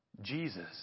Jesus